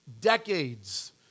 decades